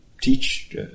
teach